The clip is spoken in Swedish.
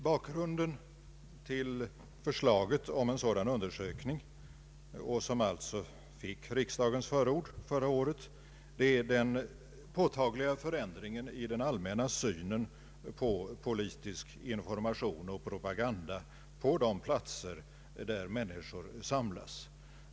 Bakgrunden till förslaget om en sådan undersökning — det förslag som alltså fick riksdagens förord förra året — är den påtagliga förändringen i den allmänna synen på politisk information och propaganda på de platser där människor samlas.